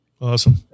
Awesome